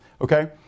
Okay